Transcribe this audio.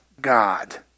God